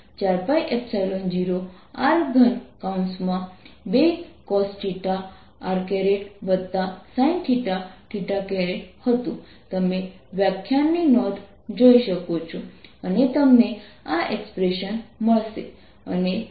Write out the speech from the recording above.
પરંતુ જો તમને કોઈ પ્રશ્ન છે કે ત્યાં પરિઘ પ્રવાહ હોઈ શકે છે તો તમે સાચા છો